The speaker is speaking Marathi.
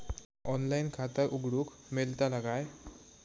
ऑनलाइन खाता उघडूक मेलतला काय?